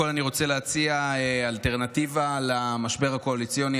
קודם כול אני רוצה להציע אלטרנטיבה למשבר הקואליציוני